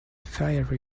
fiery